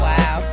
Wow